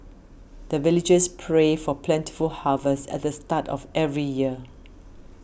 the villagers pray for plentiful harvest at the start of every year